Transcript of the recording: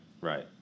right